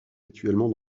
actuellement